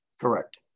correct